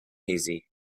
hazy